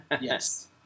yes